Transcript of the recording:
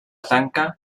tanca